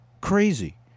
Crazy